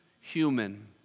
human